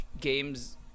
games